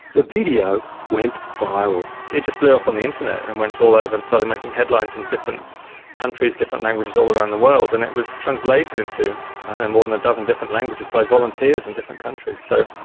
the video went viral. it just blew up on the internet and went all over and started making headlines in different countries, different languages all around the world, and it was translated into more than a dozen different languages by volunteers in different countries. so,